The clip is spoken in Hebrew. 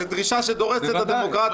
זאת דרישה שדורסת את הדמוקרטיה.